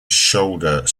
shoulder